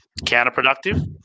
counterproductive